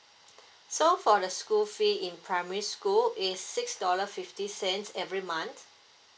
so for the school fee in primary school is six dollar fifty cents every month